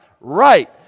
Right